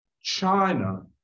China